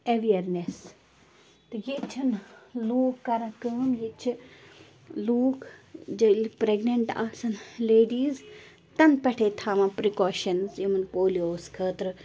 awareness تہٕ ییٚتہِ چھِنہٕ لوٗکھ کران کٲم ییٚتہِ چھِ لوٗکھ ییٚلہِ پرٛٮ۪گنٮ۪نٛٹ آسَن لیڈیٖز تَنہٕ پٮ۪ٹھَے تھاوان پرٛکاشَنٕز یِمَن پولیووَس خٲطرٕ